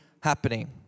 happening